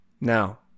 Now